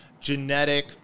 genetic